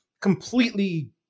completely